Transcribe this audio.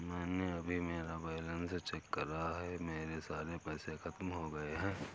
मैंने अभी मेरा बैलन्स चेक करा है, मेरे सारे पैसे खत्म हो गए हैं